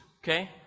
okay